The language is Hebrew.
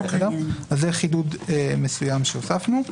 אז זה חידוד מסוים שהוספנו.